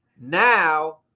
Now